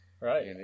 Right